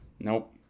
Nope